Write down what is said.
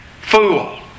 Fool